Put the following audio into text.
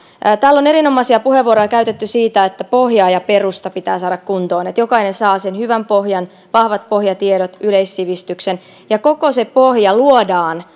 täällä on erinomaisia puheenvuoroja käytetty siitä että pohja ja perusta pitää saada kuntoon että jokainen saa sen hyvän pohjan vahvat pohjatiedot yleissivistyksen koko se pohja luodaan